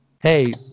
hey